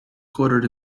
coded